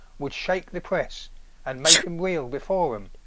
would shake the prease and make em reele before em.